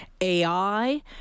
AI